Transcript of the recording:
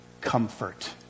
comfort